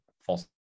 false